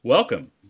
Welcome